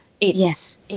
Yes